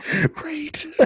Great